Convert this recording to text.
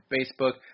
Facebook